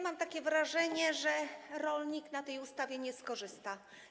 Mam wrażenie, że rolnik na tej ustawie nie skorzysta.